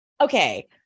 Okay